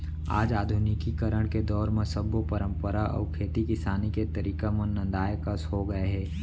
आज आधुनिकीकरन के दौर म सब्बो परंपरा अउ खेती किसानी के तरीका मन नंदाए कस हो गए हे